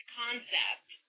concept